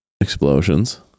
explosions